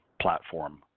platform